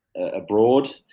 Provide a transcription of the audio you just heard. abroad